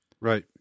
Right